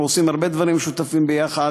אנחנו עושים הרבה דברים משותפים יחד,